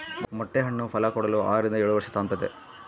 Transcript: ಮೊಟ್ಟೆ ಹಣ್ಣು ಫಲಕೊಡಲು ಆರರಿಂದ ಏಳುವರ್ಷ ತಾಂಬ್ತತೆ